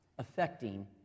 affecting